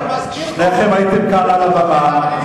שניכם הייתם כאן על הבמה.